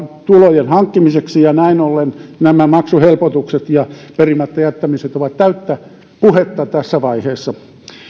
tulojen hankkimiseksi ja näin ollen nämä maksuhelpotukset ja perimättä jättämiset ovat täysin pelkkää puhetta tässä vaiheessa